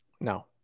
no